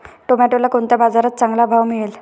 टोमॅटोला कोणत्या बाजारात चांगला भाव मिळेल?